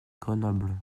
grenoble